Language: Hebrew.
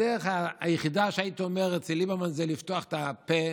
הדרך היחידה אצל ליברמן זה לפתוח את הפה,